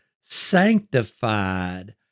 sanctified